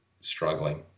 struggling